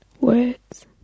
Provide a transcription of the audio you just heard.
Words